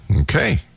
Okay